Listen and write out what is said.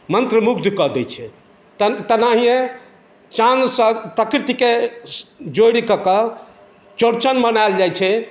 मन्त्रमुग्ध कऽ दै छै तेनाहिए चाँदसँ प्रकृतिके जोड़िकऽ चौरचन मनाएल जाइ छै